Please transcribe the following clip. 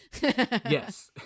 Yes